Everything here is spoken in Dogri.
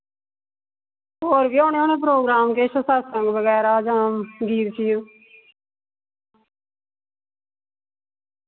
और बी होने होने प्रोग्राम किश सतसंग बगैरा जां गीत शीत